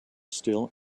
still